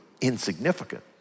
insignificant